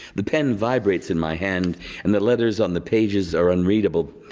the pen vibrates in my hand and the letters on the pages are unreadable.